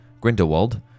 Grindelwald